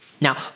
Now